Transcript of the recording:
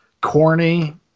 corny